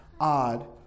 odd